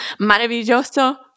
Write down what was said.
Maravilloso